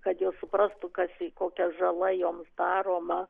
kad jos suprastų kas į kokia žala joms daroma